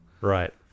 Right